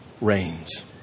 reigns